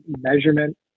measurement